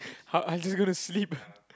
!huh! are you just going to sleep